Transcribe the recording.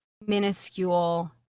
minuscule